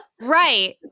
Right